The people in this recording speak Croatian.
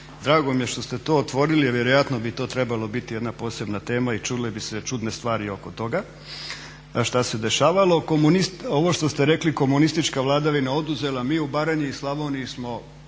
Drago mi je što ste to otvorili vjerojatno bi to trebala biti jedna posebna tema i čule bi se čudne stvari oko toga što se dešavalo. Ovo što ste rekli komunistička vladavina oduzela, mi u Baranji i Slavoniji smo